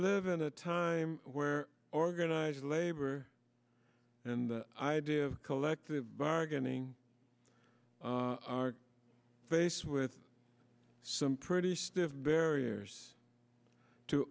live in a time where organized labor and the idea of collective bargaining are faced with some pretty stiff barriers to